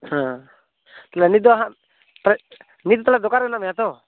ᱦᱮᱸ ᱛᱟᱦᱚᱞᱮ ᱱᱤᱛ ᱫᱚᱦᱟᱸᱜ ᱛᱟᱦᱚᱞᱮ ᱱᱤᱛ ᱫᱚ ᱛᱟᱦᱚᱞᱮ ᱫᱚᱠᱟᱱ ᱨᱮ ᱢᱮᱱᱟᱜ ᱢᱮᱭᱟ ᱛᱚ